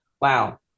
Wow